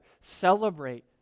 celebrate